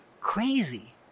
Crazy